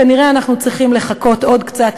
כנראה אנחנו צריכים לחכות עוד קצת,